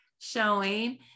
showing